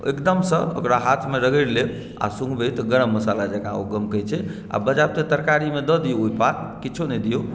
ओ एकदमसँ ओकरा हाथमे रगड़ि लेब आ सुँघबै तऽ ओ एकदम गरम मासाला जकाँ गमकै छै आ बजाबते तरकारीमे दऽ दियौ ओ पात किछो नहि दियौ